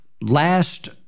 Last